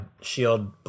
shield